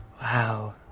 Wow